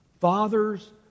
Fathers